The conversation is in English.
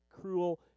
cruel